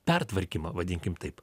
pertvarkymą vadinkim taip